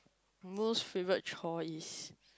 most favorite chores is